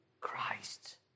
Christ